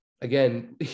again